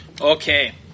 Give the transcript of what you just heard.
Okay